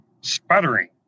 sputtering